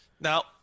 Now